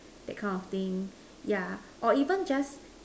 that kind of thing yeah or even just